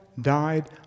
died